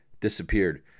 disappeared